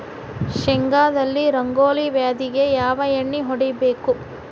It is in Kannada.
ಶೇಂಗಾದಲ್ಲಿ ರಂಗೋಲಿ ವ್ಯಾಧಿಗೆ ಯಾವ ಎಣ್ಣಿ ಹೊಡಿಬೇಕು?